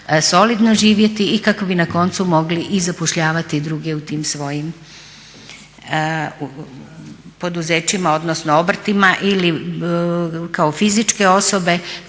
solidno živjeti i kako bi na koncu mogli i zapošljavati i druge u tim svojim poduzećima odnosno obrtima ili kao fizičke osobe